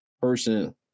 person